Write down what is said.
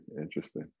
interesting